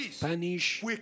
punish